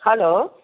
hello